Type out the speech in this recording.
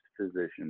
physicians